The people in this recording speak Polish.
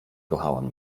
kochałam